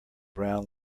brown